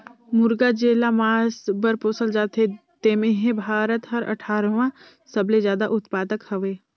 मुरगा जेला मांस बर पोसल जाथे तेम्हे भारत हर अठारहवां सबले जादा उत्पादक हवे